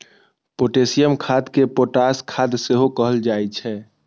potassium खाद कें potash खाद सेहो कहल जाइ छै